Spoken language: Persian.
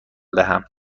دهم